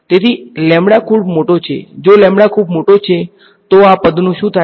તેથી ખૂબ મોટો છે જો ખૂબ મોટો છે તો આ પદનું શું થાય છે